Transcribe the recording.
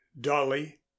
dolly